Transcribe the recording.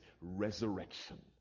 resurrection